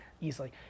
easily